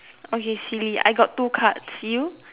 okay silly I got two cards you